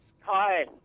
Hi